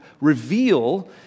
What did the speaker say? reveal